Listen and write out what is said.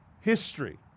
History